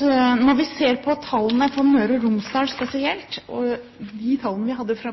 Når vi ser på tallene for Møre og Romsdal spesielt